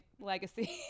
legacy